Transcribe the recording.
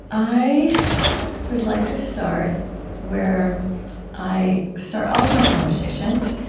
i would like to start where i start all of my conversations,